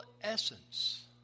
essence